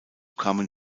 kamen